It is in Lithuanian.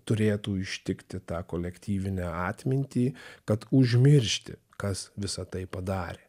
turėtų ištikti tą kolektyvinę atmintį kad užmiršti kas visa tai padarė